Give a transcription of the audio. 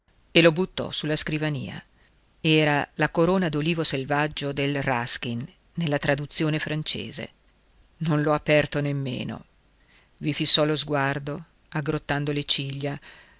qua e lo buttò su la scrivania era la corona d'olivo selvaggio del ruskin nella traduzione francese non l'ho aperto nemmeno i fissò lo sguardo aggrottando le ciglia